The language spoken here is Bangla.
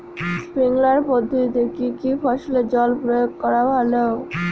স্প্রিঙ্কলার পদ্ধতিতে কি কী ফসলে জল প্রয়োগ করা ভালো?